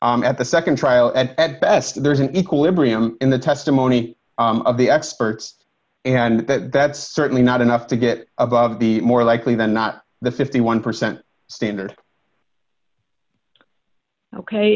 at the nd trial and at best there's an equilibrium in the testimony of the experts and that's certainly not enough to get above the more likely than not the fifty one percent standard ok